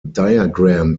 diagram